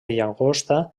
llagosta